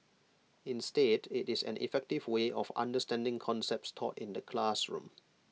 instead IT it is an effective way of understanding concepts taught in the classroom